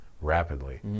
rapidly